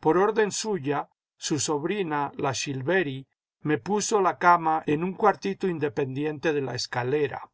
por orden suya su sobrina la shiiveri me puso la cama en un cuartito independiente de la escalera